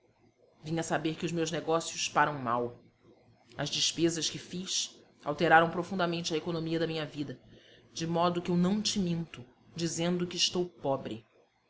a saber que os meus negócios param mal as despesas que fiz alteraram profundamente a economia da minha vida de modo que eu não te minto dizendo que estou pobre